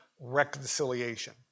reconciliation